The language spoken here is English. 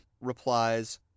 replies